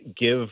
give